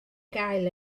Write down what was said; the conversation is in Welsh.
gael